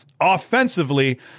Offensively